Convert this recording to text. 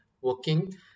working